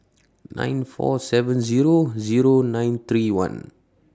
nine four seven Zero Zero nine three one